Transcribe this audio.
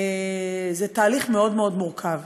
זה תהליך מאוד מאוד מורכב.